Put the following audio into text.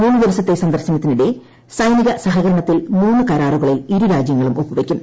മൂന്നു ദിവസത്തെ സന്ദർശനത്തിനിടെ സൈനിക സഹകരണത്തിൽ മൂന്നൂ കരാറുകളിൽ ഇരുരാജ്യങ്ങളും ഒപ്പുവയ്ക്കും